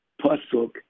pasuk